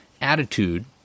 attitude